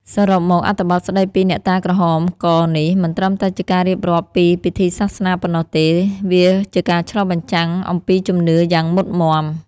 សរុបមក អត្ថបទស្តីពីអ្នកតាក្រហមកនេះ មិនត្រឹមតែជាការរៀបរាប់ពីពិធីសាសនាប៉ុណ្ណោះទេ វាជាការឆ្លុះបញ្ចាំងអំពីជំនឿយ៉ាងមុតម៉ាំ។